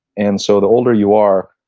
and so, the older you are,